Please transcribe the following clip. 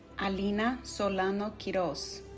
alyna solano quiros